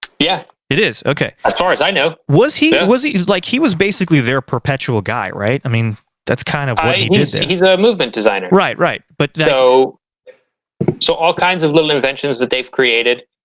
yeah it is okay as far as i know was he was he's like he was basically their perpetual guy right i mean that's kind of way music he's a movement designer right right but no so all kinds of little inventions that they've created